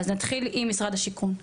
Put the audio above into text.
אז נתחיל עם משרד השיכון.